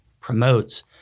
promotes